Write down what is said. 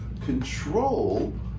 control